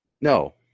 No